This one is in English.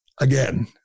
Again